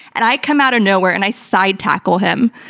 and i come out of nowhere and i side-tackle him.